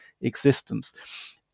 existence